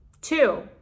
Two